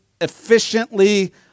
efficiently